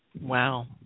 Wow